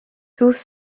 tous